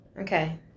Okay